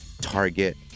Target